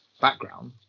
background